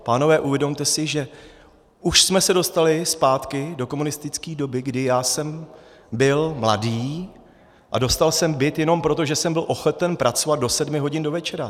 Pánové, uvědomte si, že už jsme se dostali zpátky do komunistické doby, kdy já jsem byl mladý a dostal jsem byt jenom proto, že jsem byl ochoten pracovat do sedmi hodin do večera.